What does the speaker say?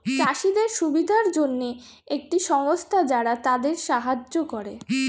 চাষীদের সুবিধার জন্যে একটি সংস্থা যারা তাদের সাহায্য করে